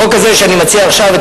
החוק הזה שאני מציע עכשיו,